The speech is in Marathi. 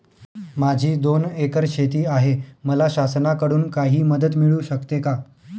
माझी दोन एकर शेती आहे, मला शासनाकडून काही मदत मिळू शकते का?